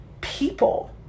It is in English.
people